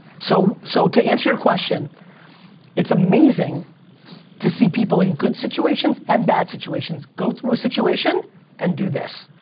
so so to answer your question it's amazing to see people in good situations and bad situations go through a situation and do this.